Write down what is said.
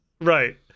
Right